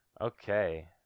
Okay